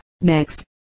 next